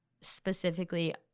specifically